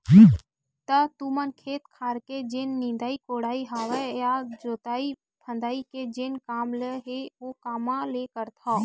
त तुमन खेत खार के जेन निंदई कोड़ई हवय या जोतई फंदई के जेन काम ल हे ओ कामा ले करथव?